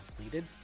completed